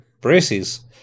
braces